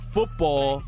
Football